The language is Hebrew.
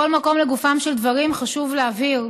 מכל מקום, לגופם של דברים, חשוב להבהיר